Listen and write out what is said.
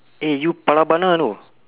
eh you pala bana know